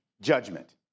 judgment